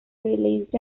released